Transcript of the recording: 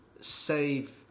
save